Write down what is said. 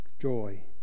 joy